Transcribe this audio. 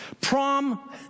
Prom